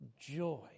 joy